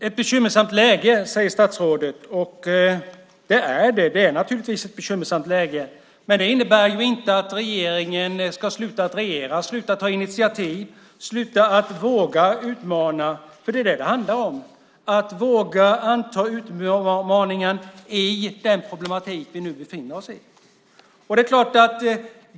Fru talman! Statsrådet säger att det är ett bekymmersamt läge. Det är naturligtvis ett bekymmersamt läge, men det innebär inte att regeringen ska sluta regera, sluta ta initiativ och sluta våga utmana, för det är detta det handlar om. Det handlar om att våga anta utmaningen att lösa de problem vi nu har.